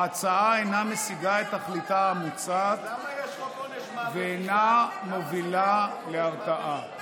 ההצעה אינה משיגה את תכליתה המוצעת ואינה מובילה להרתעה.